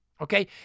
Okay